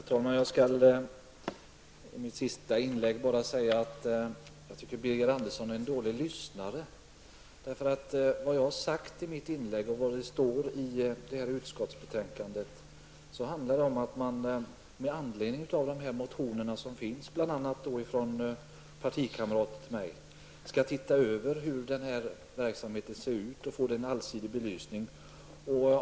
Herr talman! Jag skall i mitt sista inlägg bara säga att jag tycker att Birger Andersson är en dålig lyssnare. Vad jag sade i mitt anförande och vad som står i utskottsbetänkandet är att man med anledning av motioner från bl.a. partikamrater till mig skall se över hur den här verksamheten fungerar och få den allsidigt belyst.